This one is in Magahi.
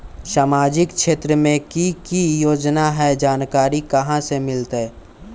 सामाजिक क्षेत्र मे कि की योजना है जानकारी कहाँ से मिलतै?